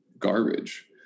garbage